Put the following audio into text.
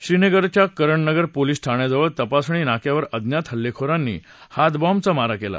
श्रीनगरच्या करणनगर पोलीस ठाण्याजवळ तपासणी नाक्यावर अज्ञात हल्लेखोरांनी हातबॉम्बचा मारा केला